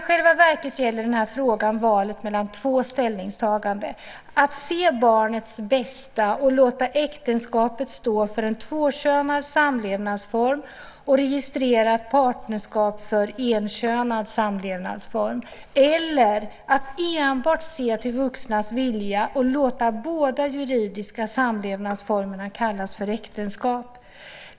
I själva verket gäller frågan valet mellan två ställningstaganden: att se barnets bästa och låta äktenskapet stå för en tvåkönad samlevnadsform och registrerat partnerskap för en enkönad samlevnadsform eller att enbart se till vuxnas vilja och låta båda juridiska samlevnadsformerna kallas för äktenskap.